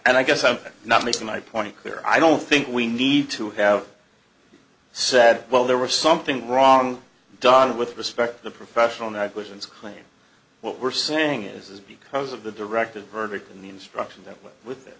but i guess i'm not making my point clear i don't think we need to have said well there was something wrong done with respect to professional negligence claim what we're saying is because of the directed verdict in the instruction that went with it